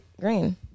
green